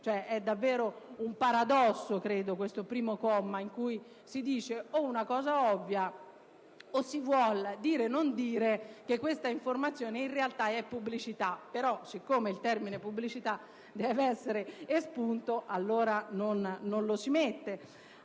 è davvero un paradosso: o si dice una cosa ovvia, o si vuole dire-non dire che questa informazione, in realtà, è pubblicità, però, siccome il termine «pubblicità» deve essere espunto, allora non lo si mette.